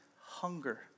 hunger